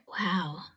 Wow